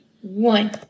one